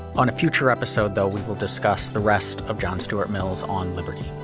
on a future episode though we will discuss the rest of john stewart mill's on liberty.